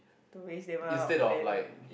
to raise them all up then